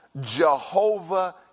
Jehovah